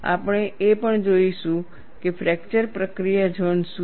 આપણે એ પણ જોઈશું કે ફ્રેકચર પ્રક્રિયા ઝોન શું છે